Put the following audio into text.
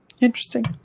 Interesting